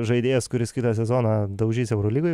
žaidėjas kuris kitą sezoną daužys eurolygoj